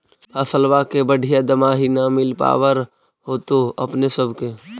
फसलबा के बढ़िया दमाहि न मिल पाबर होतो अपने सब के?